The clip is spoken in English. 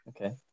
Okay